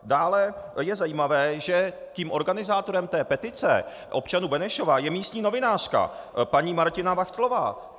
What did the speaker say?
Dále je zajímavé, že tím organizátorem petice občanů Benešova je místní novinářka paní Martina Vachtlová.